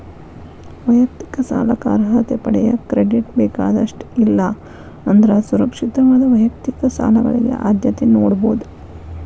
ವೈಯಕ್ತಿಕ ಸಾಲಕ್ಕ ಅರ್ಹತೆ ಪಡೆಯಕ ಕ್ರೆಡಿಟ್ ಬೇಕಾದಷ್ಟ ಇಲ್ಲಾ ಅಂದ್ರ ಸುರಕ್ಷಿತವಾದ ವೈಯಕ್ತಿಕ ಸಾಲಗಳಿಗೆ ಆದ್ಯತೆ ನೇಡಬೋದ್